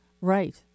Right